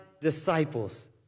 disciples